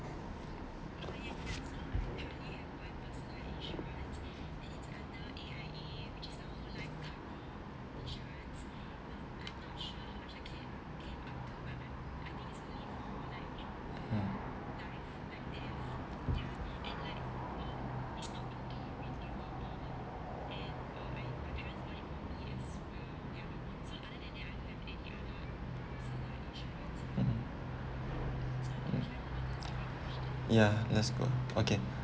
ya that's good okay